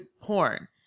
porn